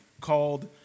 called